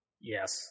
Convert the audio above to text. Yes